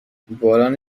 باران